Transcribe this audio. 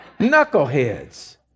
Knuckleheads